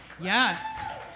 yes